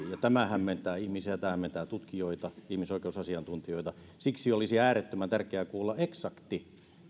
tämä hämmentää ihmisiä tämä hämmentää tutkijoita ihmisoikeusasiantuntijoita niin olisi äärettömän tärkeää kuulla eksakti